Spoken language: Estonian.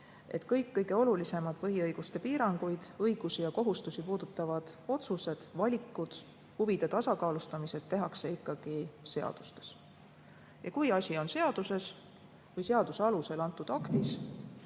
Kõik olulisemad põhiõiguste piirangud, õigusi ja kohustusi puudutavad otsused, valikud, huvide tasakaalustamised tehakse ikkagi seadustes. Kui asi on seaduses või seaduse alusel antud aktis,